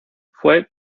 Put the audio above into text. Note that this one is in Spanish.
fue